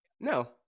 No